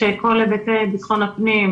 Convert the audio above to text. כאשר כל היבטי ביטחון הפנים,